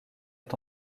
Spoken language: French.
est